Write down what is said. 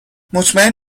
مطمئن